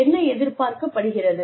என்ன எதிர்பார்க்கப்படுகிறது